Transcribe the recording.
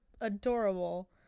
adorable